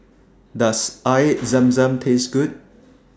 Does Air Zam Zam Taste Good